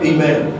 Amen